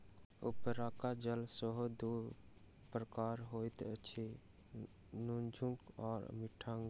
उपरका जल सेहो दू प्रकारक होइत अछि, नुनछड़ैन आ मीठगर